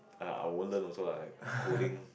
err I will learn also lah like coding